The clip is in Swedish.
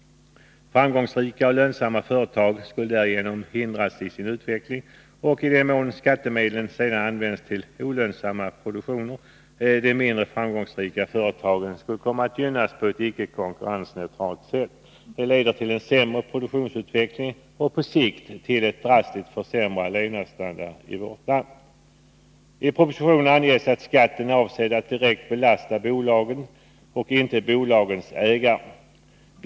Framgångsrika och lönsamma företag skulle därigenom hindras i sin utveckling och, i den mån skattemedlen sedan används till olönsamma produktioner, de mindre framgångsrika företagen komma att gynnas på ett icke konkurrensneutralt sätt. Detta leder till en sämre produktionsutveckling och på sikt till en drastiskt försämrad levnadsstandard i vårt land. I propositionen anges att skatten är avsedd att direkt belasta bolagen och inte bolagens ägare.